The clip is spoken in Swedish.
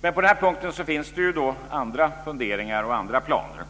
På den här punkten finns det dock andra funderingar och andra planer.